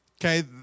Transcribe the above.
Okay